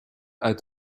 uit